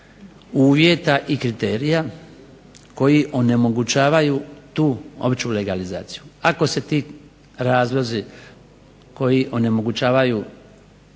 uvjeta i kriterija koji onemogućavaju tu opću legalizaciju. Ako se ti razlozi koji onemogućavaju